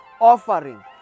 Offering